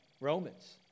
Romans